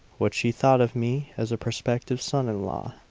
what she thought of me as a prospective son-in-law.